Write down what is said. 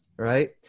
Right